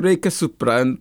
reikia supran